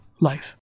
life